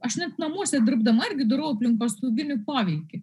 aš net namuose dirbdama irgi darau aplinkosauginį poveikį